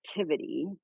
activity